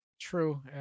true